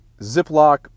Ziploc